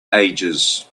ages